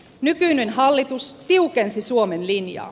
nykyinen hallitus tiukensi suomen linjaa